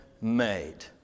made